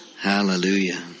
Hallelujah